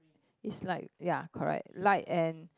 is like ya correct light and